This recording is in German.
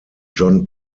john